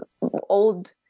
old